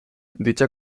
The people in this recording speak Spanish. dicha